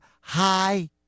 hi